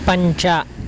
पञ्च